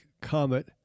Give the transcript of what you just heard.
Comet